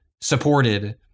supported